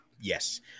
yes